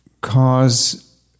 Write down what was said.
cause